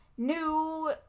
new